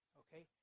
okay